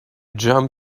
jump